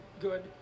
good